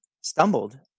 stumbled